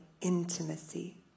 Intimacy